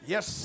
Yes